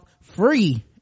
free